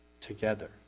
together